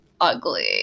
ugly